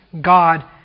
God